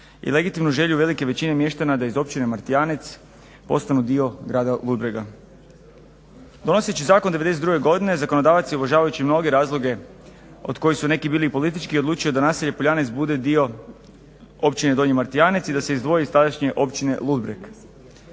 i legitimnu želju velike većine mještana da iz općine Martijanec postanu dio grada Ludbrega. Donoseći zakon 92. godine zakonodavac je uvažavajući mnoge razloge od kojih su neki bili politički odlučio da naselje Poljanec bude dio općine Donji Martijanec i da se izdvoji iz tadašnje općine Ludbreg.